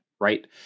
Right